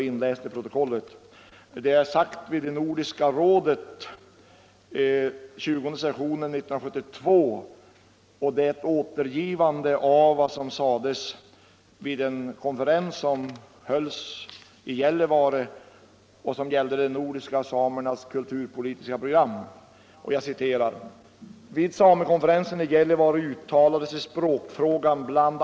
I nr 6 år 1972 av tidningen Rennäringsnytt för landets rennäringsföretagare finns ett avsnitt som jag tycker är belysande och därför vill ha inläst i protokollet.